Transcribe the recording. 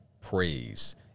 praise